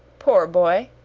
poor boy!